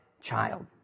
child